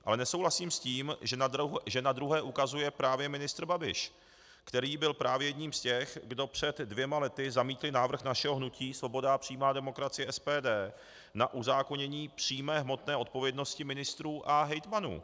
Ale nesouhlasím s tím, že na druhé ukazuje právě ministr Babiš, který byl právě jedním z těch, kdo před dvěma lety zamítli návrh našeho hnutí Svoboda a přímá demokracie, SPD, na uzákonění přímé hmotné odpovědnosti ministrů a hejtmanů.